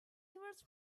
towards